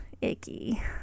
Icky